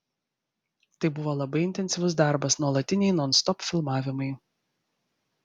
tai buvo labai intensyvus darbas nuolatiniai nonstop filmavimai